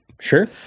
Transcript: Sure